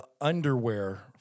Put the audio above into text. underwear